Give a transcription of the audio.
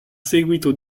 seguito